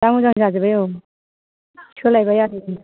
दा मोजां जाजोब्बाय औ सोलायबाय आरो